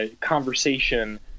conversation